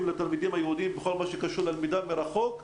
לתלמידים היהודים בכל מה שקשור ללמידה מרחוק.